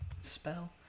spell